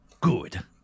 good